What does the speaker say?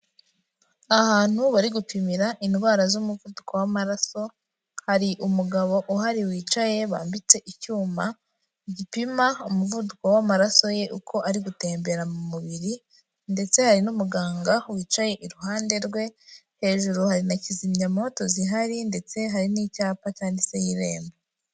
Ahantu bari gupimira indwara z'umuvuduko w'amaraso, hari umugabo uhari wicaye, bambitse icyuma gipima umuvuduko w'amaraso ye uko ari gutembera mu mubiri, ndetse hari n'umuganga wicaye iruhande rwe, hejuru hari na kizimyamwoto zihari, ndetse hari n'icyapa cyanditseho irembo.